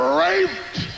raped